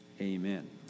amen